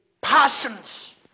passions